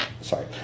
Sorry